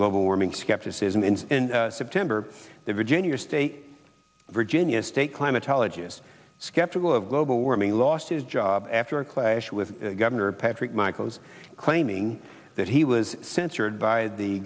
global warming skepticism in september the virginia state virginia state climatologists skeptical of global warming lost his job after a clash with governor patrick michaels claiming that he was censored by the